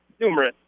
numerous